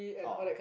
oh